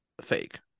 fake